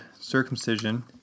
circumcision